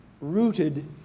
rooted